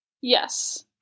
Yes